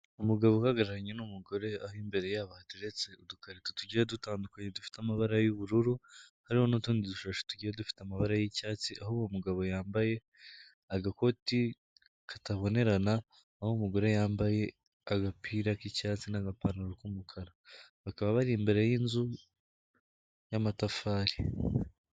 Umugabo uhagararanye n'umugore, aho imbere yabo hateretse udukarito tugiye dutandukanye dufite amabara y'ubururu, hariho n'utundi dushusho tugiye dufite amabara y'icyatsi, aho uwo mugabo yambaye agakoti katabonerana, aho umugore yambaye agapira k'icyatsi n'agapantaro k'umukara. Bakaba bari imbere y'inzu y'amatafari.